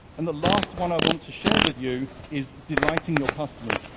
and the last one i want to share with you is delighting your customers.